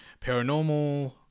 paranormal